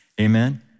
amen